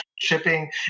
shipping